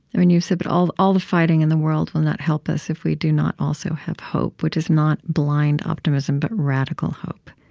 i mean you've said that all all the fighting in the world will not help us if we do not also have hope, which is not blind optimism, but radical hope.